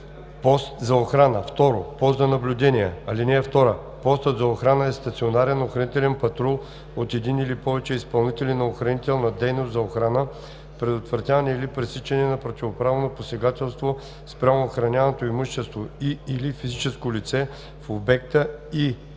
пост за охрана; 2. пост за наблюдение. (2) Постът за охрана е стационарен охранителен патрул от един или повече изпълнители на охранителна дейност за охрана, предотвратяване или пресичане на противоправно посегателство спрямо охраняваното имущество и/или физическо лице в обекта и/или